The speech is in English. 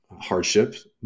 hardships